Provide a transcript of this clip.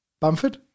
Bamford